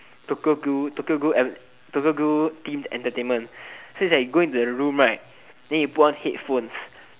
Tokyo-Ghoul Tokyo-Ghoul advert Tokyo-Ghoul themed entertainment so it's like go into the room right then you put on headphones